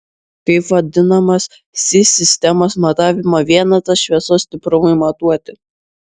kaip vadinamas si sistemos matavimo vienetas šviesos stipriui matuoti